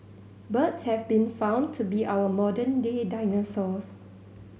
birds have been found to be our modern day dinosaurs